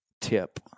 tip